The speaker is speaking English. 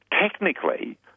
technically